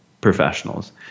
professionals